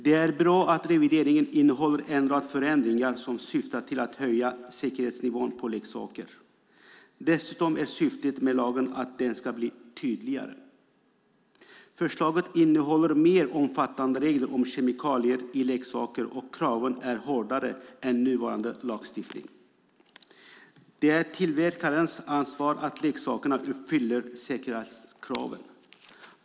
Det är bra att revideringen innehåller en rad förändringar som syftar till att höja säkerhetsnivån på leksaker. Dessutom är syftet med lagen att den ska bli tydligare. Förslaget innehåller mer omfattande regler om kemikalier i leksaker, och kraven är hårdare än i nuvarande lagstiftning. Det är tillverkarens ansvar att leksakerna uppfyller säkerhetskraven.